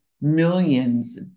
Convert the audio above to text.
millions